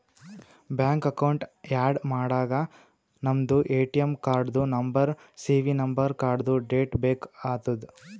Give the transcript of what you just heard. bank account add ಮಾಡಾಗ ನಮ್ದು ATM ಕಾರ್ಡ್ದು ನಂಬರ್ ಸಿ.ವಿ ನಂಬರ್ ಕಾರ್ಡ್ದು ಡೇಟ್ ಬೇಕ್ ಆತದ್